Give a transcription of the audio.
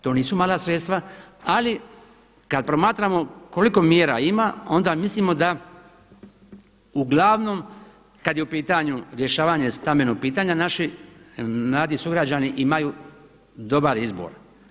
To nisu mala sredstva ali kada promatramo koliko mjera ima onda mislimo da uglavnom kada je u pitanju rješavanje stambenog pitanja naši mladi sugrađani imaju dobar izbor.